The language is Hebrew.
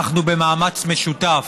אנחנו, במאמץ משותף,